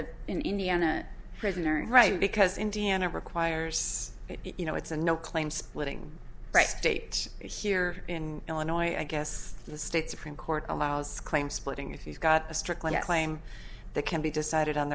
prisoner right because indiana requires you know it's a no claim splitting state here in illinois i guess the state supreme court allows claims splitting if you've got a strictly a claim that can be decided on